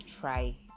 try